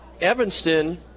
Evanston